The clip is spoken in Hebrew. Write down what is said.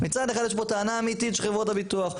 מצד אחד יש פה טענה אמיתית של חברות הביטוח,